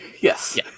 Yes